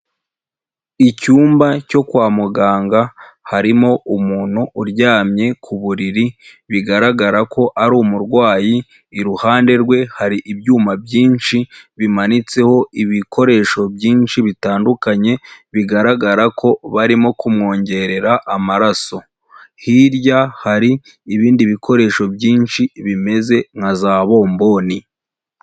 Icyumba cyo kwa muganga, harimo umuntu uryamye ku buriri bigaragara ko ari umurwayi, iruhande rwe hari ibyuma byinshi bimanitseho ibikoresho byinshi bitandukanye bigaragara ko barimo kumwongerera amaraso. Hirya hari ibindi bikoresho byinshi bimeze nka za bomboni.